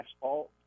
asphalt